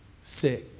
sick